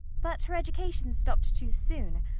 but her education stopped too soon.